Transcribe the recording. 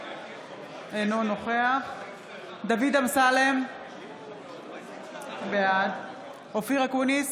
אינו נוכח דוד אמסלם, בעד אופיר אקוניס,